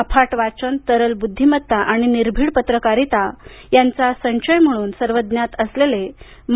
अफाट वाचन तरल बुद्धीमत्ता आणि निर्भीड पत्रकारिता यांचा संचय म्हणून सर्वज्ञात असलेले मा